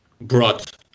brought